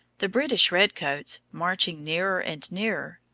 the british red-coats, marching nearer and nearer,